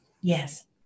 Yes